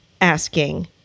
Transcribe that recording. asking